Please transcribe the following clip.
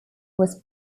was